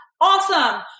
awesome